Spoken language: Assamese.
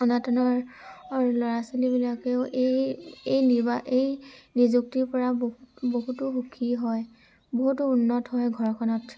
অনাটনৰ ল'ৰা ছোৱালিবিলাকেও এই এই এই নিযুক্তিৰপৰা বহুতো সুখী হয় বহুতো উন্নত হয় ঘৰখনত